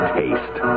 taste